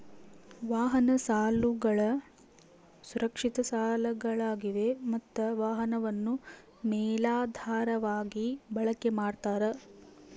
ವಾಹನ ಸಾಲಗಳು ಸುರಕ್ಷಿತ ಸಾಲಗಳಾಗಿವೆ ಮತ್ತ ವಾಹನವನ್ನು ಮೇಲಾಧಾರವಾಗಿ ಬಳಕೆ ಮಾಡ್ತಾರ